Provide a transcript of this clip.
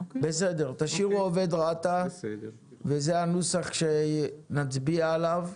בסדר, תשאירו עובד רת"א וזה הנוסח שנצביע עליו.